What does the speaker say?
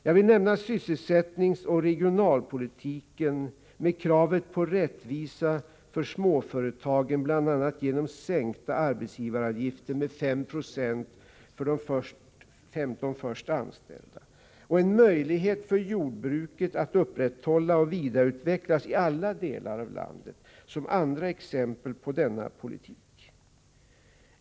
Jag vill även nämna sysselsättningsoch regionalpolitiken — med kravet på rättvisa för småföretagen, bl.a. genom sänkta arbetsgivaravgifter med 5 96 för de 15 först anställda — och politiken för att ge möjligheter för jordbruket att upprätthållas och vidareutvecklas i alla delar av landet som andra exempel på denna politik.